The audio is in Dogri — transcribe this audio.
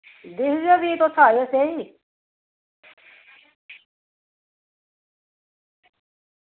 दिक्खगे भी तुस आवेओ सेई